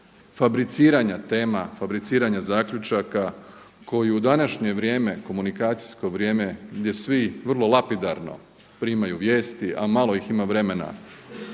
fabriciranja tema, fabriciranja zaključaka koji u današnje vrijeme, komunikacijsko vrijeme gdje svi vrlo lapidarno primaju vijesti a malo ih ima vremena